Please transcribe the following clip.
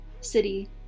city